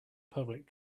public